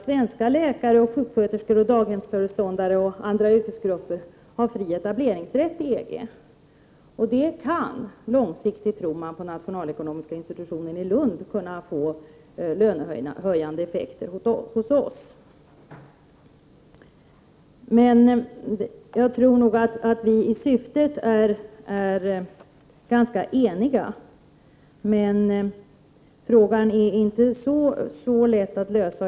Svenska läkare, sjuksköterskor, daghemsföreståndare och andra yrkesgrupper har nämligen fri etableringsrätt i EG, och det kan långsiktigt få lönehöjande effekter hos oss, tror nationalekonomiska institutionen i Lund. Jag tror att statsrådet Wallström och jag är ganska eniga i syftet, men frågan är inte så lätt att lösa.